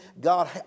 God